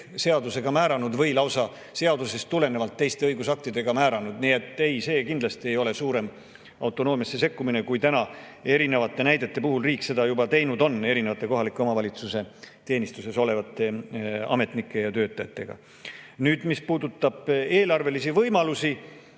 seadusega määranud või lausa seadusest tulenevalt teiste õigusaktidega määranud. Nii et ei, see kindlasti ei ole suurem autonoomiasse sekkumine, kui erinevate näidete puhul riik seda juba teinud on, [näiteks] kohaliku omavalitsuse teenistuses olevate ametnike ja töötajate puhul. Mis puudutab eelarvelisi võimalusi,